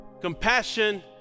compassion